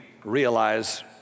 realize